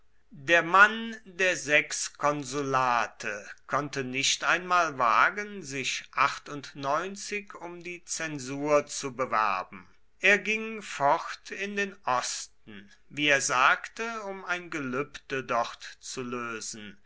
der mann der sechs konsulate konnte nicht einmal wagen sich um die zensur zu bewerben er ging fort in den osten wie er sagte um ein gelübde dort zu lösen